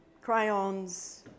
crayons